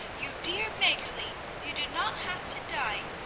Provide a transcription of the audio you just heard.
you dear maggerli, you do not have to die.